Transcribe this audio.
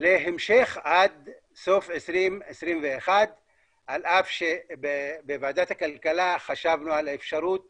להמשך עד סוף 2021 על אף שבוועדת הכלכלה חשבנו על האפשרות